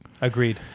Agreed